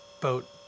boat